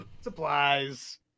supplies